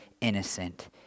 innocent